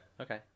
okay